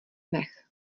nech